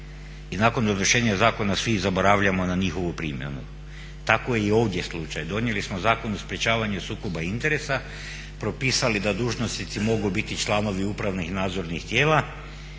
i nakon donošenja zakona svi zaboravljamo na njihovu primjenu. Tako je i ovdje slučaj. Donijeli smo Zakon o sprečavanju sukoba interesa, propisali da dužnosnici mogu biti članovi upravnih i nadzornih tijela,